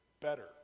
better